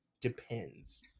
depends